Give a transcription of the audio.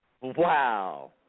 Wow